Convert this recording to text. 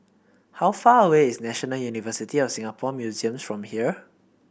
how far away is National University of Singapore Museums from here